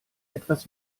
etwas